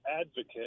advocate